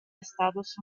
estados